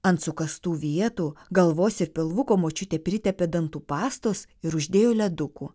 ant sukastų vietų galvos ir pilvuko močiutė pritepė dantų pastos ir uždėjo ledukų